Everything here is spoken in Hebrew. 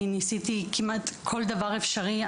אני ניסיתי כמעט כל דבר אפשרי,